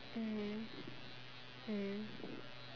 mm mm